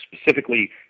Specifically